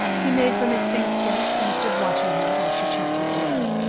he made for miss fink's desk and stood watching her while she checked his order.